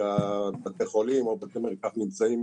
שבתי החולים או בתי המרקחת נמצאים